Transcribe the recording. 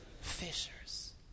Fishers